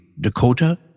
Dakota